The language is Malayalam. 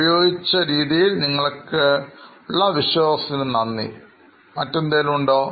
ഉപയോഗിച്ച രീതിയിൽ നിങ്ങൾക്കുള്ള വിശ്വാസത്തിന് നന്ദി വേറെ എന്തെങ്കിലും പറയാനുണ്ടോ